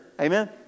Amen